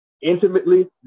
intimately